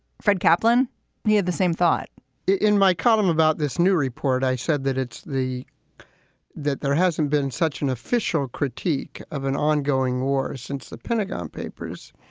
fred kaplan he had the same thought in my column about this new report i said that it's the that there hasn't been such an official critique of an ongoing war since the pentagon papers.